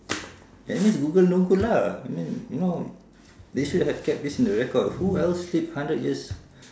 that means google no good lah I mean you know they should have kept this in the record who else sleep hundred years